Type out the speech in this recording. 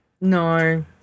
no